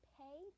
pay